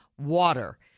water